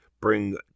bring